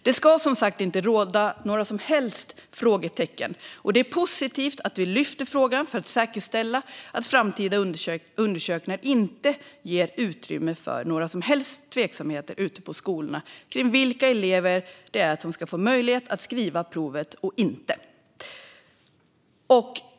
Det ska som sagt inte råda några som helst frågetecken, och det är positivt att vi lyfter frågan för att säkerställa att framtida undersökningar inte ger utrymme för några som helst tveksamheter ute på skolorna kring vilka elever som ska få möjlighet att skriva provet och inte.